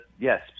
Yes